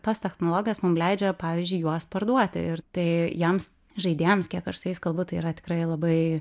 tos technologijos mum leidžia pavyzdžiui juos parduoti ir tai jiems žaidėjams kiek aš su jais kalbu tai yra tikrai labai